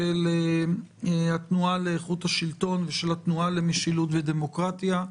של התנועה לאיכות השלטון ושל התנועה למשילות ודמוקרטיה,